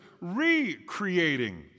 recreating